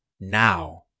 Now